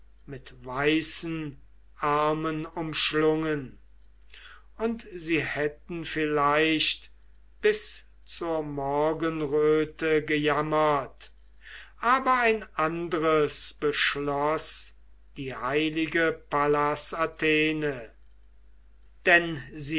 mit weißen armen umschlungen und sie hätten vielleicht bis zur morgenröte gejammert aber ein andres beschloß die heilige pallas athene denn